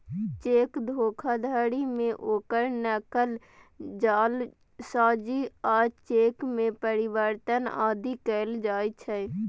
cheque धोखाधड़ी मे ओकर नकल, जालसाजी आ चेक मे परिवर्तन आदि कैल जाइ छै